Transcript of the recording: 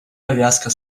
повязка